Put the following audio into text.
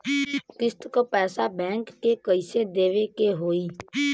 किस्त क पैसा बैंक के कइसे देवे के होई?